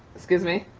excuse me.